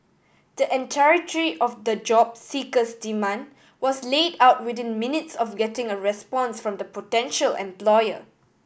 the entirety of the job seeker's demand was laid out within minutes of getting a response from the potential employer